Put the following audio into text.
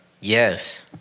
Yes